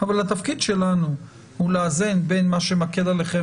אבל התפקיד שלנו הוא לאזן בין מה שמקל עליכם,